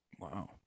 Wow